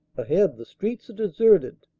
ahead the streets are deserted.